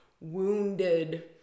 wounded